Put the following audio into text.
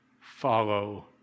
follow